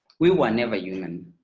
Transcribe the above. we were never human.